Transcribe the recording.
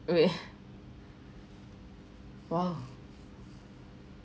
!wow!